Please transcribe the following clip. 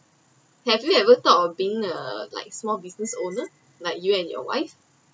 have you ever thought of being uh like small business owner like you and your wife